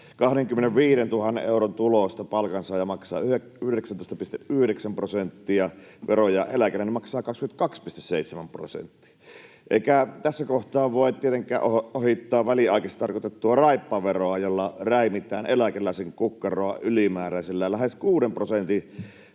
25 000 euron tulosta palkansaaja maksaa 19,9 prosenttia veroja ja eläkeläinen maksaa 22,7 prosenttia. Eikä tässä kohtaa voida tietenkään ohittaa väliaikaiseksi tarkoitettua raippaveroa, jolla räimitään eläkeläisen kukkaroa ylimääräisellä lähes 6 prosentin